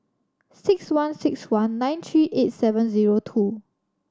six one six one nine three eight seven zero two